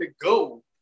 go